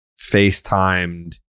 FaceTimed